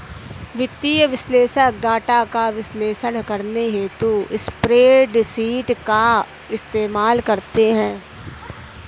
वित्तीय विश्लेषक डाटा का विश्लेषण करने हेतु स्प्रेडशीट का इस्तेमाल करते हैं